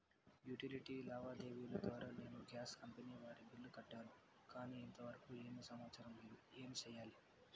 Utility లావాదేవీల ద్వారా నేను గ్యాస్ కంపెని వారి బిల్లు కట్టాను కానీ ఇంతవరకు ఏమి సమాచారం లేదు, ఏమి సెయ్యాలి?